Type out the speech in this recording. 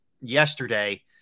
yesterday